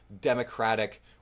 democratic